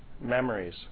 memories